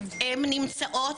הן נמצאות,